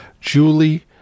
Julie